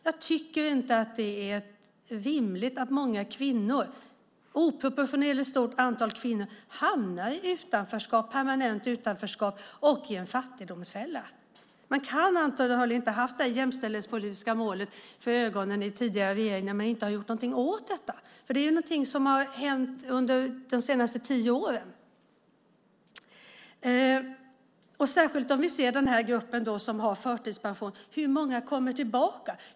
Jag tycker inte att det är rimligt att ett oproportionerligt stort antal kvinnor hamnar i permanent utanförskap och en fattigdomsfälla. Man kan inte ha haft det jämställdhetspolitiska målet för ögonen i den tidigare regeringen eftersom man inte har gjort något åt detta. Det är något som har hänt under de senaste tio åren. Hur många, i den grupp som har förtidspension, får hjälp att komma tillbaka?